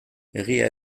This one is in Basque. egia